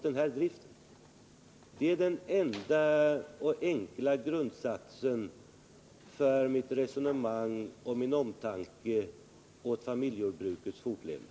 Det är den enda och enkla grundsatsen i mitt resonemang och min omtanke om familjejordbrukets fortlevnad.